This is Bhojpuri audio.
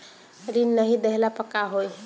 ऋण नही दहला पर का होइ?